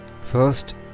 first